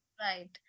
Right